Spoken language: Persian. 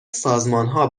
سازمانها